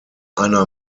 einer